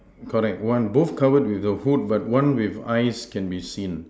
correct one both covered with the Hood but one with eyes can be seen